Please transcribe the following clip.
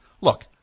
Look